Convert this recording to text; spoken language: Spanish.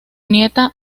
nieta